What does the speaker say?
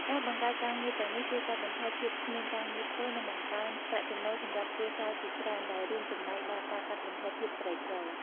ការបង្កើតការងារទាំងនេះជួយកាត់បន្ថយភាពគ្មានការងារធ្វើ និងបង្កើនប្រាក់ចំណូលសម្រាប់គ្រួសារជាច្រើន ដែលរួមចំណែកដល់ការកាត់បន្ថយភាពក្រីក្រ។